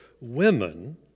women